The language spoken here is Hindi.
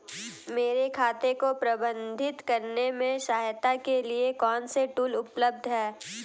मेरे खाते को प्रबंधित करने में सहायता के लिए कौन से टूल उपलब्ध हैं?